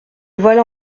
voilà